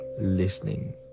listening